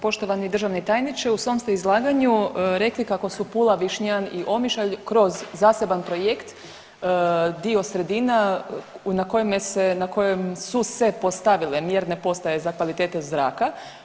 Poštovani državni tajniče u svom ste izlaganju rekli kako su Pula, Višnjan i Omišalj kroz zaseban projekt dio sredina na kojem su se postavile mjerne postaje za kvalitetu zraka.